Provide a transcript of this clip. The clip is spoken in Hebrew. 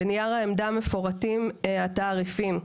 ובו מפורטים התעריפים.